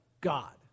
God